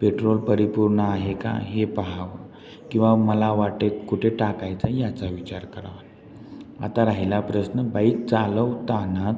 petrol परिपूर्ण आहे का हे पहावं किंवा मला वाटेत कुठे टाकायचा याचा विचार करावा आता राहिला प्रश्न बाईक चालवताना